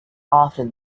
often